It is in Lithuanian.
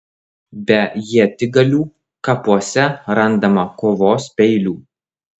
be ietigalių kapuose randama kovos peilių